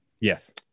Yes